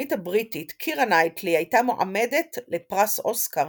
השחקנית הבריטית קירה נייטלי הייתה מועמדת לפרס אוסקר